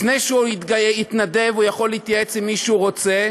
לפני שהוא התנדב הוא יכול להתייעץ עם מי שהוא רוצה,